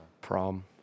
Prom